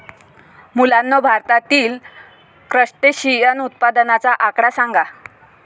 मुलांनो, भारतातील क्रस्टेशियन उत्पादनाचा आकडा सांगा?